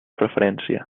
preferència